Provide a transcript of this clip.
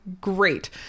great